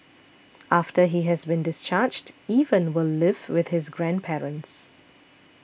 after he has been discharged Evan will live with his grandparents